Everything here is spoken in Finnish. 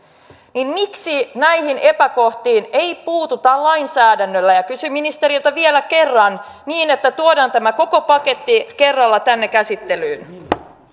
niin miksi näihin epäkohtiin ei puututa lainsäädännöllä kysyn ministeriltä vielä kerran niin että tuodaan tämä koko paketti kerralla tänne käsittelyyn